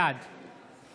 בעד